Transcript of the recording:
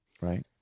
right